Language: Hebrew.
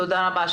תודה רבה.